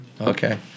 Okay